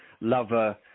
lover